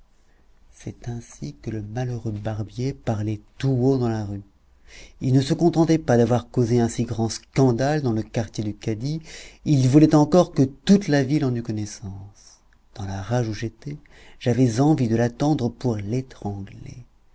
c'est ainsi que le malheureux barbier parlait tout haut dans la rue il ne se contentait pas d'avoir causé un si grand scandale dans le quartier du cadi il voulait encore que toute la ville en eût connaissance dans la rage où j'étais j'avais envie de l'attendre pour l'étrangler